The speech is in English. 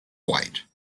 white